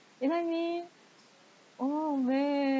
you know what I mean oh man